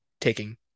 taking –